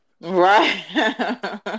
right